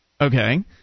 Okay